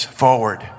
forward